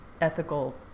ethical